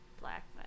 black